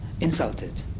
insulted